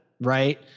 right